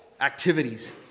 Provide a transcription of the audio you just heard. activities